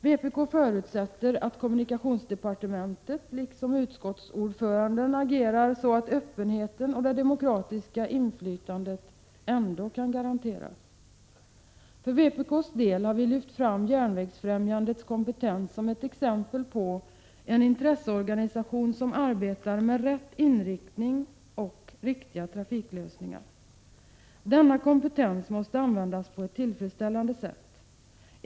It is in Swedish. Vpk förutsätter att kommunikationsdepartementet liksom utskottsordföranden agerar så att öppenheten och det demokratiska inflytandet garanteras. För vpk:s del har vi lyft fram Järnvägsfrämjandet som ett exempel på en intresseorganisation som arbetar med rätt inriktning och riktiga trafiklösningar. Denna kompetens måste användas på ett tillfredsställande sätt.